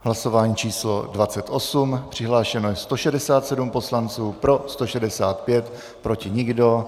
Hlasování číslo 28, přihlášeno 167 poslanců, pro 165, proti nikdo.